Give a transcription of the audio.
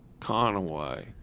Conaway